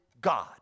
God